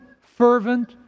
fervent